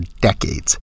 decades